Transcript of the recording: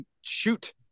shoot